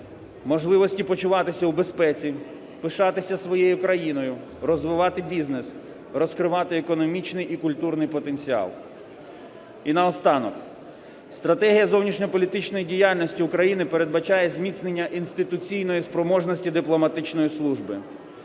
можливості почуватися у безпеці, пишатися своєю країною, розвивати бізнес, розкривати економічний і культурний потенціал. І наостанок. Стратегія зовнішньополітичної діяльності України передбачає зміцнення інституційної спроможності дипломатичної служби.